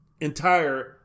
entire